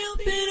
open